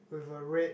with a red